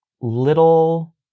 little